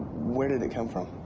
where did it come from?